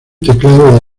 teclado